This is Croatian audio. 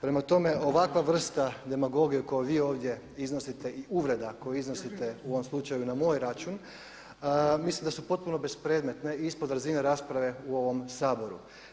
Prema tome ovakva vrsta demagogije koju vi ovdje iznosite i uvreda koju iznosite u ovom slučaju i na moj račun mislim da su potpuno bespredmetne i ispod razine rasprave u ovom Saboru.